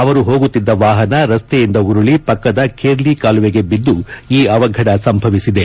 ಅವರು ಹೋಗುತ್ತಿದ್ದ ವಾಹನ ರಸ್ತೆಯಿಂದ ಉರುಳಿ ಪಕ್ಷದ ಖೇರ್ಲಿ ಕಾಲುವೆಗೆ ಬಿದ್ದು ಈ ಅವಘಡ ಸಂಭವಿಸಿದೆ